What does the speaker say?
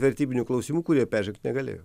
vertybinių klausimų kurie peržengt negalėjo